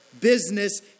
Business